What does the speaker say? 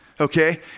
Okay